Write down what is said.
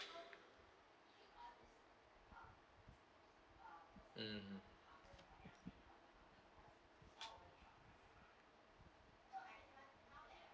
mm